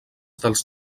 dels